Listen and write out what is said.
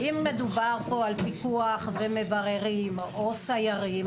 אם מדובר כאן על פיקוח ומבררים או סיירים,